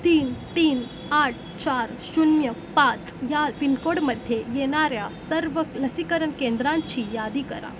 तीन तीन आठ चार शून्य पाच या पिनकोडमध्ये येणाऱ्या सर्व लसीकरण केंद्रांची यादी करा